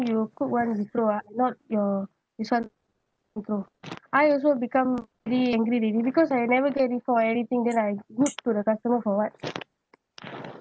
you cook [one] you throw ah not your this [one] you throw I also become really angry already because I never get any fault or anything then I good to the customer for what